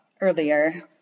earlier